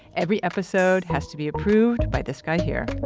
every episode has to be approved by this guy here